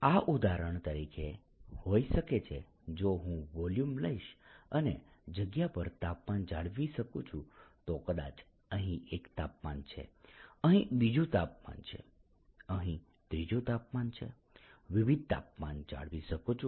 આ ઉદાહરણ તરીકે હોઈ શકે છે જો હું વોલ્યુમ લઈશ અને જગ્યા પર તાપમાન જાળવી શકું છું તો કદાચ અહીં એક તાપમાન છે અહીં બીજું તાપમાન છે અહીં ત્રીજું તાપમાન છે વિવિધ તાપમાન જાળવી શકું છું